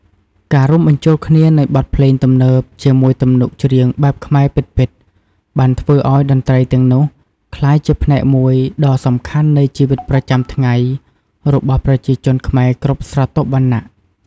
ការរួមបញ្ចូលគ្នានៃបទភ្លេងទំនើបជាមួយទំនុកច្រៀងបែបខ្មែរពិតៗបានធ្វើឱ្យតន្ត្រីទាំងនោះក្លាយជាផ្នែកមួយដ៏សំខាន់នៃជីវិតប្រចាំថ្ងៃរបស់ប្រជាជនខ្មែរគ្រប់ស្រទាប់វណ្ណៈ។